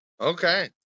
Okay